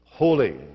Holy